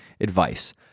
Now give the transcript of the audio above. advice